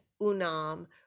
UNAM